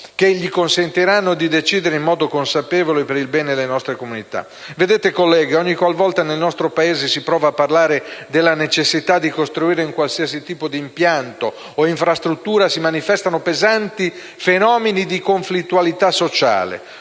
che gli consentiranno di decidere in modo consapevole per il bene delle nostre comunità. Vedete colleghi, ogni qual volta nel nostro Paese si prova a parlare della necessità di costruire un qualsiasi tipo di impianto o infrastruttura, si manifestano pesanti fenomeni di conflittualità sociale,